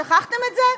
שכחתם את זה?